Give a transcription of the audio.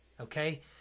Okay